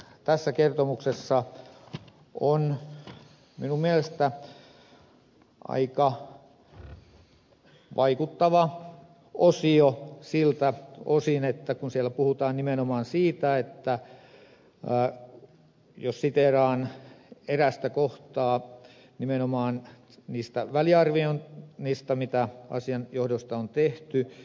myöskin mietinnössä on minun mielestäni aika vaikuttava osio siltä osin kun siellä puhutaan nimenomaan siitä jos siteeraan erästä kohtaa nimenomaan niistä väliarvioinneista mitä asian johdosta on tehty